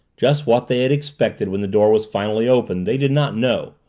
just what they had expected when the door was finally opened they did not know.